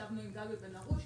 ישבנו עם גבי בן הרוש,